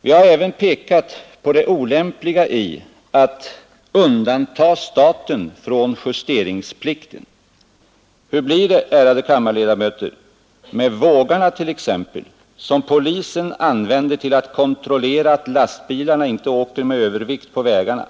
Vi har även pekat på det olämpliga i att undantaga staten från justeringsplikten. Hur blir det, ärade kammarledamöter, med vågarna t.ex. som polisen använder till att kontrollera att lastbilarna inte åker med övervikt på vägarna?